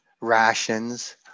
rations